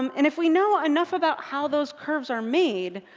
um and if we know enough about how those curves are made,